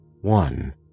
One